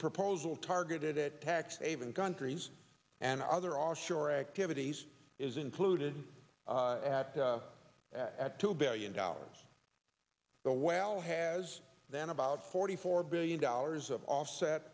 proposal targeted attacks even countries and other offshore activities is included at at two billion dollars the well has then about forty four billion dollars of offset